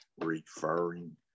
referring